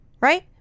Right